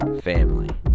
Family